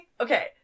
Okay